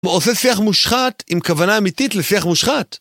עושה שיח מושחת, עם כוונה אמיתית לשיח מושחת.